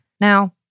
Now